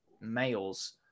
males